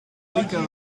lieke